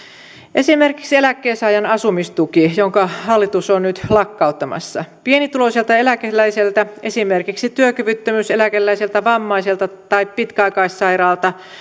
esimerkiksi eläkkeensaajan asumistuki jonka hallitus on nyt lakkauttamassa pienituloiselta eläkeläiseltä esimerkiksi työkyvyttömyyseläkeläiseltä vammaiselta tai pitkäaikaissairaalta